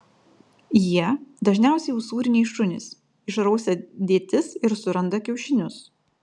jie dažniausiai usūriniai šunys išrausia dėtis ir suranda kiaušinius